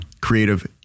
creative